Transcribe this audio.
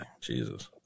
Jesus